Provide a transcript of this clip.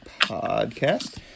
podcast